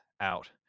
out